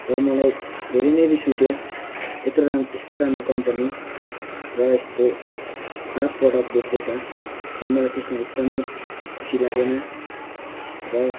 र मलाई धेरै नै रिस उठ्यो यत्रो रा यस्तो राम्रो कम्पनी र यस्तो खराब प्रडक्ट बेच्दैछ र मलाई त्यसमा एकदमै खुसी लागेन र